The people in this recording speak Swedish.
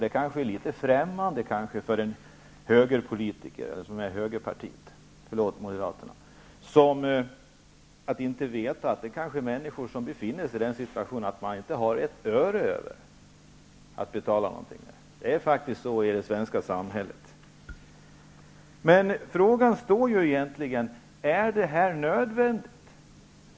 Detta kanske är litet främmande för en moderatpolitiker, att känna till att det finns människor som befinner sig i en sådan situation att de inte har ett öre över att betala något med. Men så är det i det svenska samhället. Frågan är emellertid om detta är nödvändigt.